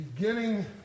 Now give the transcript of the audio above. beginning